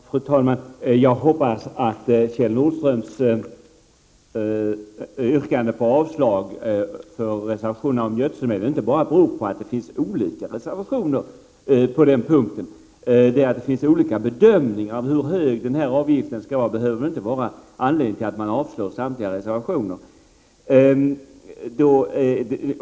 Fru talman! Jag hoppas att Kjell Nordströms yrkande om avslag på reservationerna om gödselmedelsavgiften inte bara beror på att det finns flera reservationer i det sammanhanget. Att det finns olika bedömningar av hur hög den här avgiften skall vara behöver inte vara anledningen till att man yrkar avslag på samtliga reservationer.